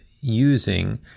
using